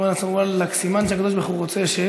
הוא אומר לעצמו: ואלכ, סימן שהקדוש ברוך הוא רוצה,